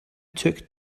took